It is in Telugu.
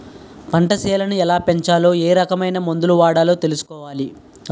పంటసేలని ఎలాపెంచాలో ఏరకమైన మందులు వాడాలో తెలుసుకోవాలి